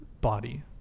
body